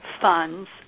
funds